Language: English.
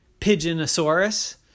Pigeonosaurus